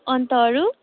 अन्त अरू